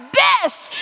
best